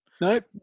nope